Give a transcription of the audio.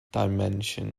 dimension